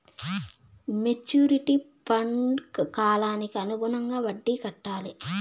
maturity ఫండ్కు కాలానికి అనుగుణంగా వడ్డీ కట్టాలి